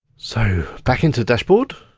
so back into dashboard.